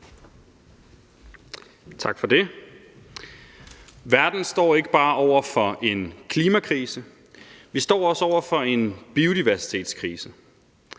Tak for det. Verden står ikke bare over for en klimakrise; vi står også over for en biodiversitetskrise.